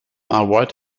avoid